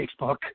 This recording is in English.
Facebook